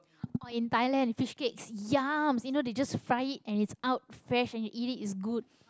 or in Thailand fishcakes !yums! you know they just fry it and it's out fresh and you eat it it's good